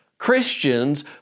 Christians